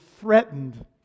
threatened